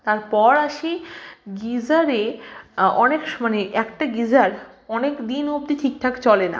তারপর আসি গিজারে অনেক স মানে একটা গিজার অনেক দিন অবধি ঠিক ঠাক চলে না